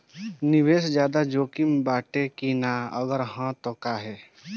निवेस ज्यादा जोकिम बाटे कि नाहीं अगर हा तह काहे?